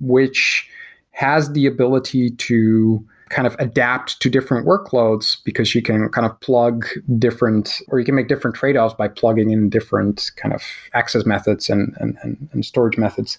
which has the ability to kind of adapt to different workloads, because you can kind of plug different or you can make different trade-offs by plugging in different kind of access method and and and storage methods